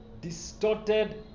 distorted